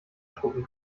spucken